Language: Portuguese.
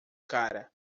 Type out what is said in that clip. cara